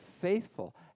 faithful